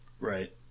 Right